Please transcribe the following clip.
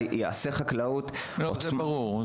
זה ברור.